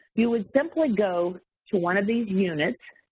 you would simply go to one of these units,